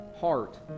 heart